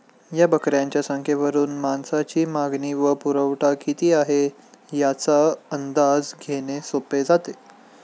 या बकऱ्यांच्या संख्येवरून मांसाची मागणी व पुरवठा किती आहे, याचा अंदाज घेणे सोपे जाते